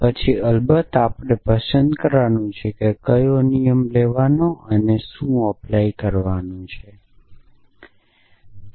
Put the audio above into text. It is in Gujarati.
અને પછી અલબત્ત આપણે પસંદ કરવાનું છે કે કયો નિયમ લેવાનો છે અને શું લાગુ કરવું તે નક્કી કરવાનું છે